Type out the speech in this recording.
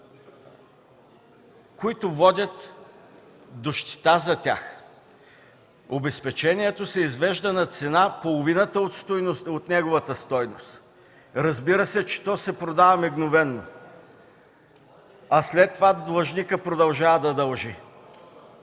които водят до щета за тях. Обезпечението се извежда на цена, половината от неговата стойност. Разбира се, че то се продава мигновено, а след това длъжникът продължава да дължи.